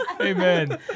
Amen